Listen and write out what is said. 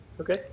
Okay